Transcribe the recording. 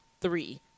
Three